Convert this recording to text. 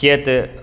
कियत्